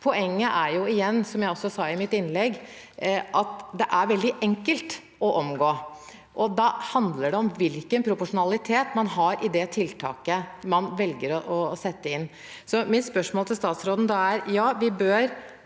Poenget er igjen, som jeg også sa i mitt innlegg, at dette er veldig enkelt å omgå. Da handler det om hvilken proporsjonalitet man har i det tiltaket man velger å sette inn. Mitt spørsmål til statsråden er da: Ja, vi bør